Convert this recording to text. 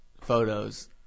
photos